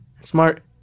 smart